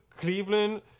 Cleveland